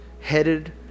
headed